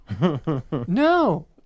No